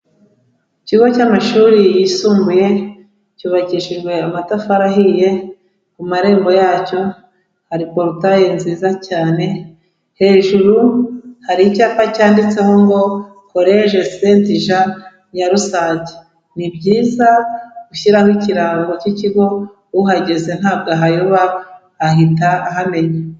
Ikigo cy'amashuri yisumbuye cyubakishijwe amatafari ahiye, ku marembo yacyo hari porotaye nziza cyane, hejuru hari icyapa cyanditseho ngo koreje sentija Nyarusange. Ni byiza gushyiraho ikirango cy'ikigo, uhageze ntabwo ahayoba ahita ahamenya.